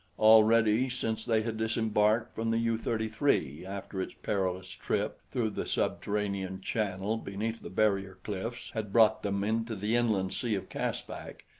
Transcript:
already since they had disembarked from the u thirty three after its perilous trip through the subterranean channel beneath the barrier cliffs had brought them into the inland sea of caspak,